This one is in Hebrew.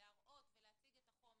להראות ולהציג את החומר.